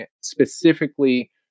specifically